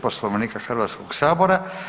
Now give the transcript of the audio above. Poslovnika Hrvatskog sabora.